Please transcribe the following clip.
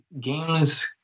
games